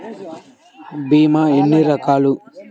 భీమ ఎన్ని రకాలు?